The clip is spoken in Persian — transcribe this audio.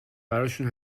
براشون